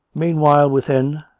meanwhile, within,